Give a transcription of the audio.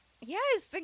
Yes